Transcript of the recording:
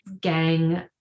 gang